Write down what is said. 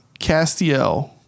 Castiel